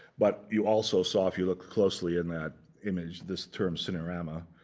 but you also saw, if you look closely in that image, this term cinerama.